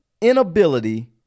inability